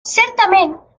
certament